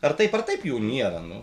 ar taip ar taip jų nėra nu